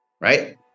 right